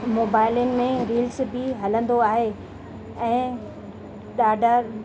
मोबाइलनि में रील्स बि हलंदो आहे ऐं ॾाढा